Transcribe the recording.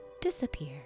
disappear